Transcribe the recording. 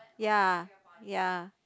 ya ya